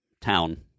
town